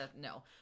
no